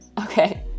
okay